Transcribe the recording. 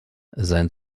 sein